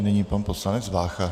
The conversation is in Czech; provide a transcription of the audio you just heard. Nyní pan poslanec Vácha.